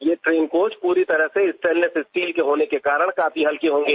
यह train coach पूरी तरह से स्टेनलेस स्टील के होने के कारण काफी हल्की होंगे